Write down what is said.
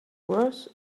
worse